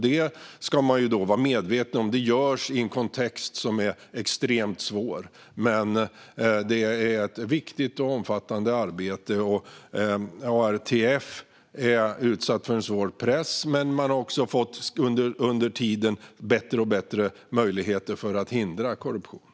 Detta, ska man vara medveten om, görs i en kontext som är extremt svår, men det är ett viktigt och omfattande arbete. ARTF är utsatt för en svår press, men man har också under tiden fått bättre och bättre möjligheter att hindra korruption.